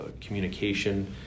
communication